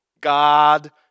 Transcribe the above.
God